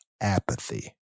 apathy